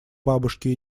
бабушки